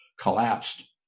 collapsed